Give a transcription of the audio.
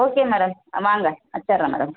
okay madam வாங்க வச்சுடறேன் madam